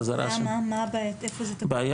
מה הבעיה?